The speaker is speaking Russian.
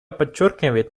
подчеркивает